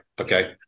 Okay